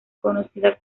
conocida